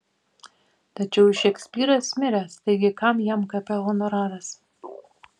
tačiau šekspyras miręs taigi kam jam kape honoraras